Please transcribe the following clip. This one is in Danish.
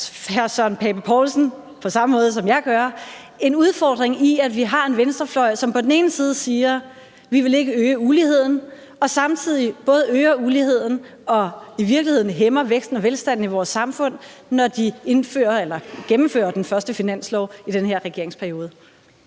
hr. Søren Pape Poulsen på samme måde, som jeg gør, en udfordring i, at vi har en venstrefløj, som på den ene side siger: Vi vil ikke øge uligheden – men som samtidig på den anden side både øger uligheden og i virkeligheden hæmmer væksten og velstanden i vores samfund, når de gennemfører den første finanslov i den her regeringsperiode?